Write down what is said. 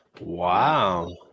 Wow